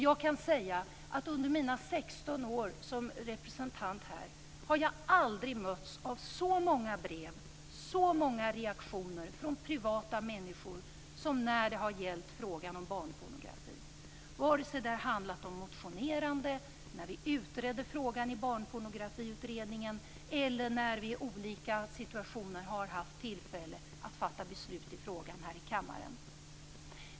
Jag kan säga att jag under mina 16 år som representant här aldrig har mötts av så många brev och så många reaktioner från privata människor som jag gjort när det gällt frågan om barnpornografi - vare sig det handlat om motionerande när vi utredde frågan i Barnpornografiutredningen eller det handlat om när vi i olika situationer haft tillfälle att här i kammaren fatta beslut i frågan.